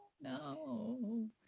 no